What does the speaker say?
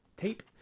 tape